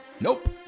Nope